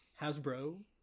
Hasbro